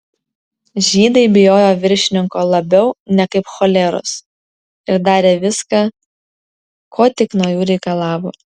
žydai bijojo viršininko labiau nekaip choleros ir darė viską ko tik nuo jų reikalavo